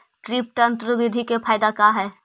Drip तन्त्र बिधि के फायदा का है?